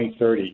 2030